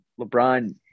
LeBron